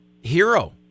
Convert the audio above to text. hero